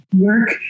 work